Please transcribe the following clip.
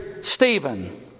Stephen